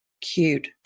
cute